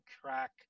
track